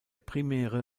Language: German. primäre